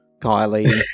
Kylie